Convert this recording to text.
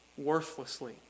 worthlessly